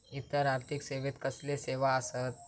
इतर आर्थिक सेवेत कसले सेवा आसत?